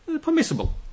permissible